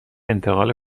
انتقال